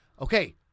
Okay